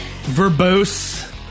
verbose